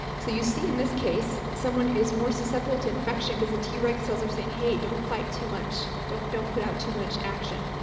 so you see in this case, someone is more susceptible to infection because the t-reg cells are saying, hey, don't fight too much, don't don't put out too much action.